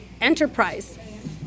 enterprise